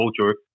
culture